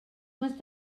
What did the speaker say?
must